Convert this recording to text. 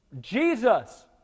Jesus